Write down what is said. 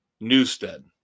Newstead